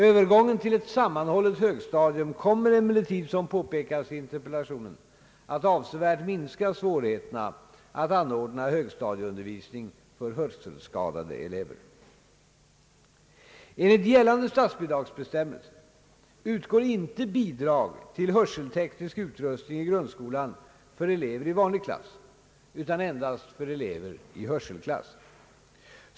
Övergången till ett sammanhållet högstadium kommer emellertid — som påpekas i interpellationen — att avsevärt minska svårigheterna att anordna högstadieundervisning för hörselskadade elever. Enligt gällande statsbidragsbestämmelser utgår inte bidrag till hörselteknisk utrustning i grundskolan för elever i vanlig klass utan endast för elever i hörselklass.